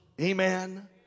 amen